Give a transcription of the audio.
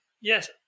yes